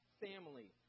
family